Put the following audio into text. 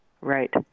Right